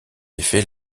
effet